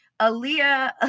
Aaliyah